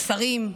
השרים,